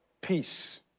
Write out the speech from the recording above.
peace